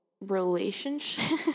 relationship